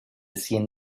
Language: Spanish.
cien